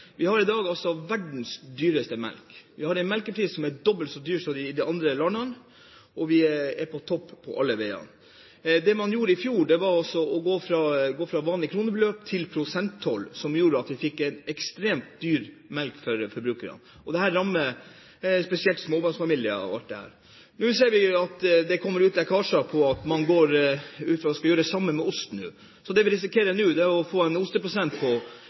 som er dobbelt så høy som i andre land, og vi er på topp på alle måter. Det man gjorde i fjor, var å gå fra vanlig kronebeløp til prosenttoll, som gjorde at forbrukerne fikk en ekstremt dyr melk. Dette rammer spesielt småbarnsfamilier. Men nå ser vi at det kommer lekkasjer som går på at man skal gjøre det samme med ost. Det vi risikerer nå, er å få en tollprosent på